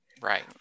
Right